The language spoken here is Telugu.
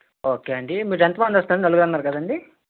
ఓకే అండి మీరు ఎంత మంది వస్తున్నారు నలుగురు అన్నారు కదా అండి